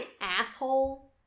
asshole